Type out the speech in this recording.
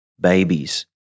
babies